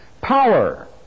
power